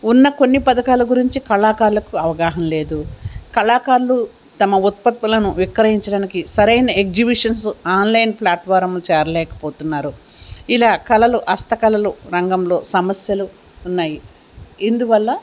ఉన్న కొన్ని పథకాల గురించి కళాకారుాలకు అవగాహం లేదు కళాకారులు తమ ఉత్పత్తులను వి్యక్రయించడానికి సరైన ఎగ్జిబిషన్స్ ఆన్లైన్ ప్లాట్ఫారం చేరలేకపోతున్నారు ఇలా కళలు హస్తకళలు రంగంలో సమస్యలు ఉన్నాయి ఇందువల్ల